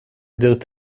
their